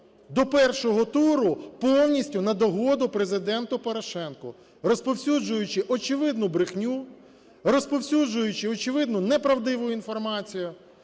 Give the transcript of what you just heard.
до першого туру повністю на догоду Президенту Порошенку, розповсюджуючи очевидну брехню, розповсюджуючи очевидну неправдиву інформацію,